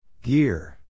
Gear